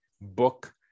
book